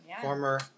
Former